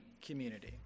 community